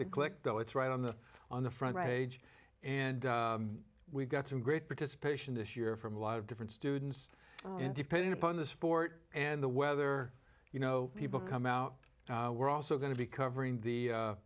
to click go it's right on the on the front page and we've got some great participation this year from a lot of different students and depending upon the sport and the weather you know people come out we're also going to be covering the